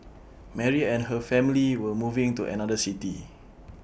Mary and her family were moving to another city